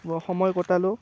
সময় কটালোঁ